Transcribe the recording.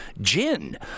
gin